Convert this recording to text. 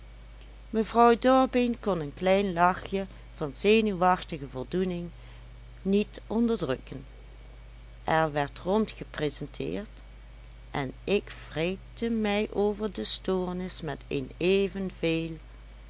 mevrouw dorbeen kon een klein lachje van zenuwachtige voldoening niet onderdrukken er werd rondgepresenteerd en ik wreekte mij over de stoornis met een evenveel